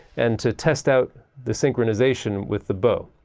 and to test out the synchronization with the bow.